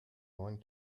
going